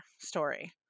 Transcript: story